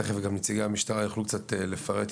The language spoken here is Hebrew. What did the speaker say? תכף גם נציגי המשטרה יוכלו לפרט קצת,